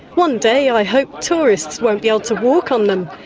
one day i hope tourists won't be able to walk on them.